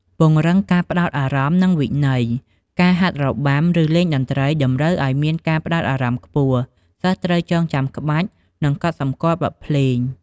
ពង្រឹងការផ្តោតអារម្មណ៍ និងវិន័យ ការហាត់របាំ ឬលេងតន្ត្រី តម្រូវឱ្យមានការផ្តោតអារម្មណ៍ខ្ពស់ សិស្សត្រូវចងចាំក្បាច់ និងកត់សម្គាល់បទភ្លេង។